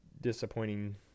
disappointing